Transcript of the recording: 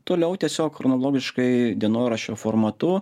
toliau tiesiog chronologiškai dienoraščio formatu